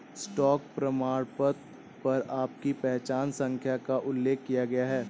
stock प्रमाणपत्र पर आपकी पहचान संख्या का उल्लेख किया गया है